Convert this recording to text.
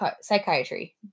psychiatry